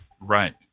Right